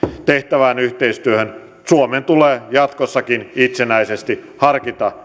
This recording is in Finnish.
tehtävään yhteistyöhön suomen tulee jatkossakin itsenäisesti harkita